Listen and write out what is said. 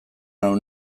nau